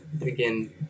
Again